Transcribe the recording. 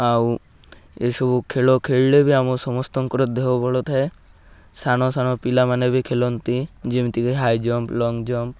ଆଉ ଏସବୁ ଖେଳ ଖେଳିଲେ ବି ଆମ ସମସ୍ତଙ୍କର ଦେହ ବଳ ଥାଏ ସାନ ସାନ ପିଲାମାନେ ବି ଖେଳନ୍ତି ଯେମିତିକି ହାଇ ଜମ୍ପ ଲଙ୍ଗ୍ ଜମ୍ପ